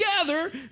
together